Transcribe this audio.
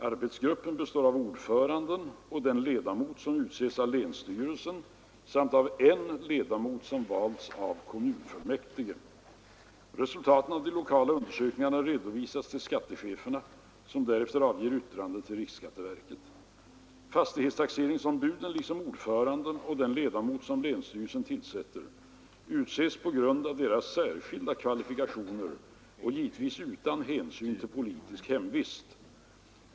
Arbetsgruppen består av ordföranden och den ledamot som utses av länsstyrelsen samt av en ledamot som valts av kommunfullmäktige. Resultaten av de lokala undersökningarna redovisas till skattecheferna, som därefter avger yttrande till riksskatteverket. Fastighetstaxeringsombuden liksom ordföranden och den ledamot som länsstyrelsen tillsätter utses på grund av deras särskilda kvalifikationer och givetvis utan hänsyn till politisk hemvist.